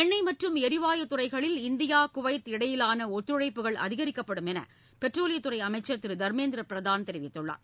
எண்ணெய் மற்றும் எரிவாயுத் துறைகளில் இந்தியா குவைத் இடையிவான ஒத்துழைப்புகள் அதிகரிக்கப்படும் என பெட்ரோலியத்துறை அமைச்சர் திரு தர்மேந்திர பிரதான் தெரிவித்துள்ளார்